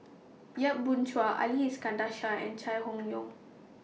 Yap Boon Chuan Ali Iskandar Shah and Chai Hon Yoong